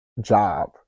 job